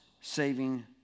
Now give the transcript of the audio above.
saving